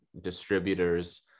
distributors